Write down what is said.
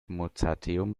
mozarteum